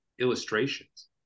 illustrations